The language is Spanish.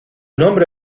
nombre